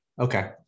okay